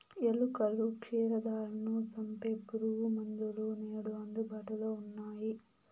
ఎలుకలు, క్షీరదాలను సంపె పురుగుమందులు నేడు అందుబాటులో ఉన్నయ్యి